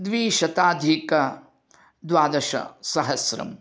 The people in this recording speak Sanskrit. द्विशताधिकद्वादशसहस्रं